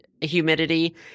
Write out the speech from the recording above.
humidity